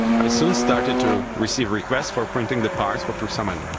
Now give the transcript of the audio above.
i soon started to receive requests for printing the parts for prusa mendel.